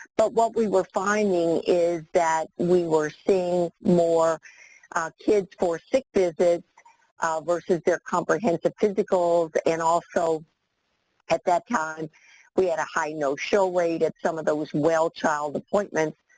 but what we were finding is that we were seeing more kids for sick visits ah versus their comprehensive physicals and also at that time we had a high no-show rate at some of those well child appointments.